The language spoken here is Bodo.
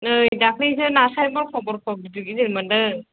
नै दाख्लैसो नास्राय बरख' बरख' गिदिर गिदिर मोनदों